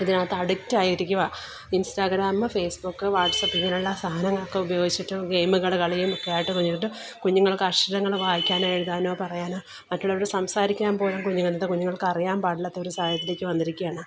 ഇതിനകത്ത് അഡിക്റ്റായി ഇരിക്കുവാ ഇൻസ്റ്റാഗ്രാം ഫേസ്ബുക്ക് വാട്സാപ്പ് ഇങ്ങനെയുള്ള സാധനങ്ങളൊക്കെ ഉപയോഗിച്ചിട്ട് ഗെയിമുകൾ കളിയും ഒക്കെ ആയിട്ട് കുഞ്ഞുങ്ങൾക്ക് അക്ഷരങ്ങൾ വായിക്കാനോ എഴുതാനോ പറയാനോ മറ്റുള്ളവറോടു സംസാരിക്കാൻ പോലും കുഞു ഇന്നത്തെ കുഞ്ഞുങ്ങൾക്ക് അറിയാൻ പാടില്ലാത്ത ഒരു സാഹചര്യത്തിലേക്കു വന്നിരിക്കുകയാണ്